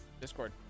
Discord